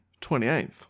28th